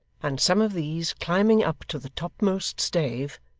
and some of these, climbing up to the topmost stave,